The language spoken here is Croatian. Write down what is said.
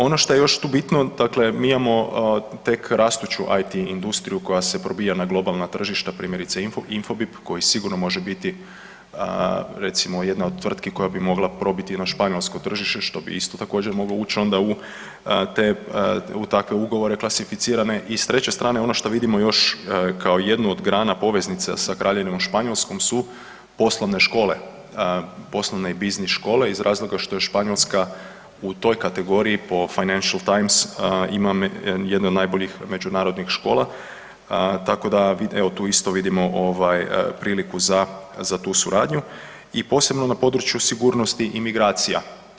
Ono što je još tu bitno, dakle mi imamo tek rastuću UT industriju koja se probija na globalna tržišta, primjerice INFOBIP koji sigurno može biti recimo jedna od tvrtki koja bi mogla probiti na španjolsko tržište što bi isto također moglo uć onda u takve ugovore klasificirane i s treće strane, ono što vidimo još kao jednu od grana poveznica sa Kraljevinom Španjolskom su poslovne škole, poslovne i business škole iz razloga što je Španjolska u toj kategoriji po Financial Times ima jedne od najboljih međunarodnih škola, tako da evo tu isto vidimo priliku za tu suradnju i posebno na području sigurnosti i migracija.